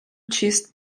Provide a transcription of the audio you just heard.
chest